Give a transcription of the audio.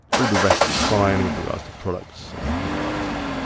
all the rest is fine, with regards to products and and that kind of stuff.